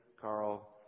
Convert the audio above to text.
Carl